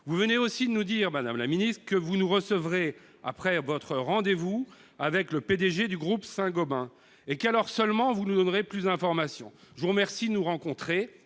Vous venez aussi de nous dire que vous nous recevrez après votre rendez-vous avec le PDG du groupe Saint-Gobain et qu'alors seulement, vous nous donnerez plus d'informations. Je vous remercie de nous rencontrer